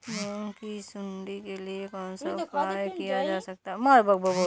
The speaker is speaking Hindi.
मूंग की सुंडी के लिए कौन सा उपाय किया जा सकता है?